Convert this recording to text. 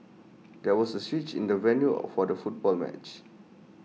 there was A switch in the venue of for the football match